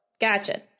Gotcha